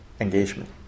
engagement